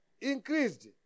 increased